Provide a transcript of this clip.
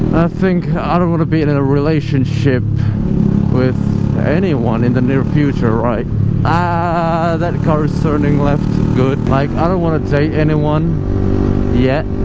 think i don't want to be in in a relationship with anyone in the near future right ah that car is turning left good like i don't want to date anyone yet